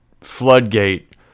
floodgate